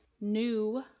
new